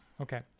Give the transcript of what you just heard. okay